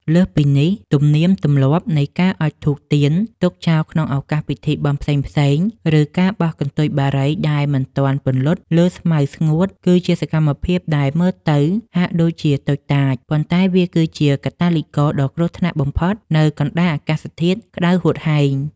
លើសពីនេះ ទំនៀមទម្លាប់នៃការអុជធូបទៀនទុកចោលក្នុងឱកាសពិធីបុណ្យផ្សេងៗ ឬការបោះកន្ទុយបារីដែលមិនទាន់ពន្លត់លើស្មៅស្ងួត គឺជាសកម្មភាពដែលមើលទៅហាក់ដូចជាតូចតាច ប៉ុន្តែវាគឺជាកាតាលីករដ៏គ្រោះថ្នាក់បំផុតនៅកណ្ដាលអាកាសធាតុក្ដៅហួតហែង។